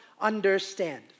understand